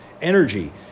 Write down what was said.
energy